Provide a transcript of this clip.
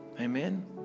Amen